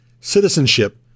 Citizenship